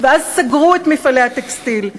ואז סגרו את מפעלי הטקסטיל.